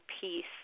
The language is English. peace